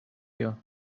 you